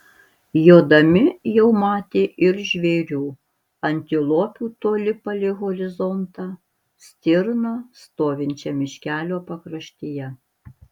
jodami jau matė ir žvėrių antilopių toli palei horizontą stirną stovinčią miškelio pakraštyje